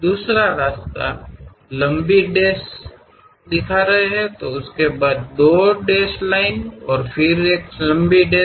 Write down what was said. दूसरा रास्ता लंबी डैश दिखा रहा है और उसके बाद दो डेश लाइनें और फिर से लंबी डैश